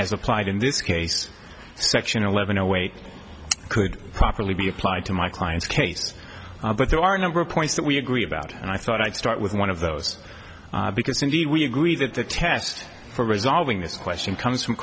as applied in this case section eleven awake could properly be applied to my client's case but there are a number of points that we agree about and i thought i'd start with one of those because cindy we agree that the test for resolving this question comes from